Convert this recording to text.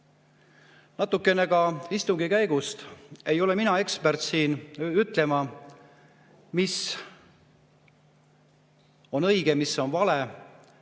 Natukene ka istungi käigust. Ei ole mina ekspert ütlema, mis on õige ja mis on vale.